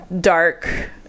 dark